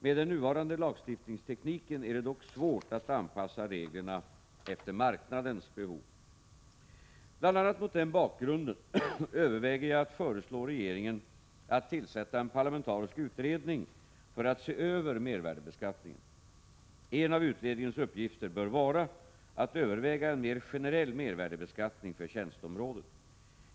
Med den nuvarande lagstiftningstekniken är det dock svårt att anpassa reglerna efter marknadens behov. Bl. a. mot denna bakgrund överväger jag att föreslå regeringen att tillsätta en parlamentarisk utredning för att se över mervärdebeskattningen. En av utredningens uppgifter bör vara att överväga en mer generell mervärdebeskattning för tjänsteområdet.